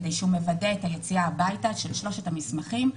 שמוודא את היציאה הביתה עם שלושת המסמכים.